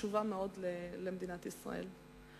חשובה מאוד למדינת ישראל.